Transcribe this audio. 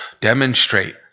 demonstrate